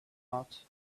out